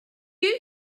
you